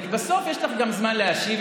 ובסוף יש לך גם זמן להשיב,